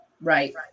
Right